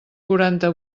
quaranta